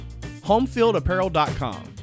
Homefieldapparel.com